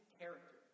character